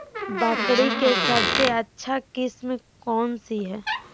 बकरी के सबसे अच्छा किस्म कौन सी है?